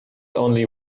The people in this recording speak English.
only